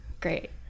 Great